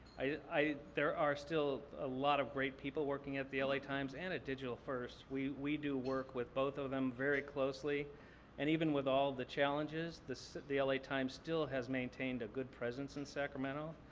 there are still a lot of great people working at the la times and at digital first. we we do work with both of them very closely and even with all the challenges, the so the la times still has maintained a good presence in sacramento.